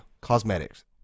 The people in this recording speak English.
cosmetics